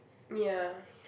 ya